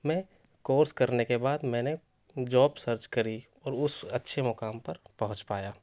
میں کورس کرنے کے بعد میں نے جاب سرچ کری اور اُس اچھے مقام پر پہنچ پایا